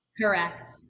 Correct